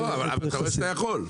לא, אבל אתה רואה שאתה יכול.